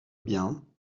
bien